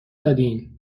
دادیدن